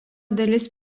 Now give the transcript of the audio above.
dalis